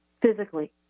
physically